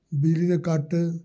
ਬਿਜਲੀ ਦੇ ਕੱਟ